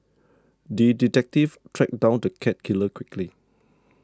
the detective tracked down the cat killer quickly